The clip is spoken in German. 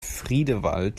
friedewald